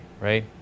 right